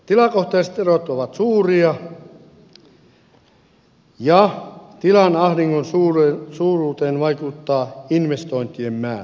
tilakohtaiset erot ovat suuria ja tilan ahdingon suuruuteen vaikuttaa investointien määrä